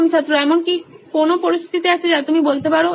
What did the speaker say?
প্রথম ছাত্র এমন কি কোনো পরিস্থিতি আছে যা তুমি বলতে পারো